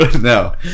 No